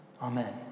Amen